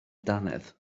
dannedd